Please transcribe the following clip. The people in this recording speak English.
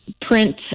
Print